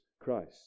Christ